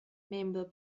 membro